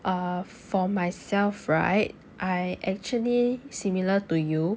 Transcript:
err for myself right I actually similar to you